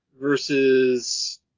Versus